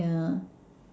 yeah